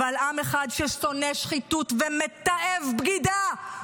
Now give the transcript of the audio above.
אבל עם אחד ששונא שחיתות ומתעב בגידה.